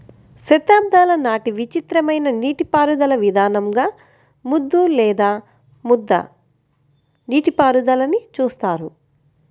శతాబ్దాల నాటి విచిత్రమైన నీటిపారుదల విధానంగా ముద్దు లేదా ముద్ద నీటిపారుదలని చూస్తారు